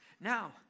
Now